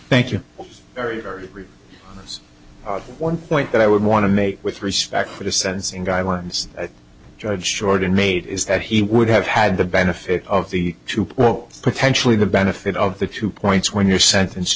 thank you very very one point that i would want to make with respect for the sentencing guidelines judge jordan made is that he would have had the benefit of the two potentially the benefit of the two points when your sentence